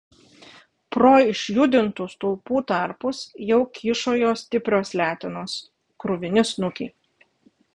pro išjudintų stulpų tarpus jau kyščiojo stiprios letenos kruvini snukiai